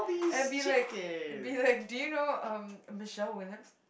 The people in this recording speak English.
and be like be like do you know um Michelle-Williams